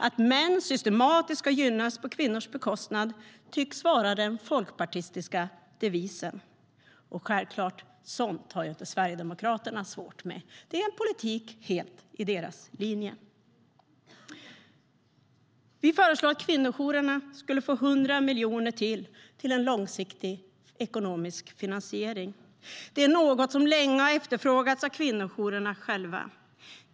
Att män systematiskt ska gynnas på kvinnors bekostnad tycks vara den folkpartistiska devisen, och självklart har Sverigedemokraterna inte svårt med sådant. Det är en politik helt i linje med deras. Vi föreslår att kvinnojourerna ska få 100 miljoner till, till en långsiktig ekonomisk finansiering. Det har länge efterfrågats av kvinnojourerna själva.